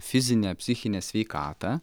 fizinę psichinę sveikatą